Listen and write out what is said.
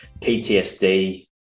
PTSD